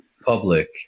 public